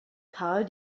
karl